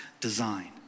design